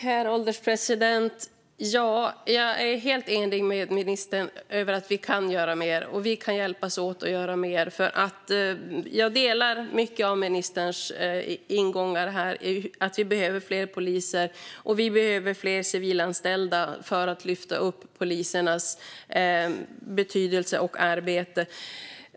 Herr ålderspresident! Jag är helt enig med ministern om att vi kan göra mer, och vi kan hjälpas åt att göra mer. Jag delar många av ministerns ingångar här. Vi behöver fler poliser, och vi behöver fler civilanställda för att lyfta upp polisernas betydelse och arbete.